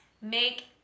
make